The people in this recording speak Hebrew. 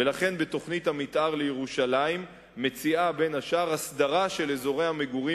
ולכן תוכנית המיתאר לירושלים מציעה בין השאר הסדרה של אזורי המגורים